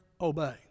obey